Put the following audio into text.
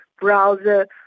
browser